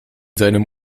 seinem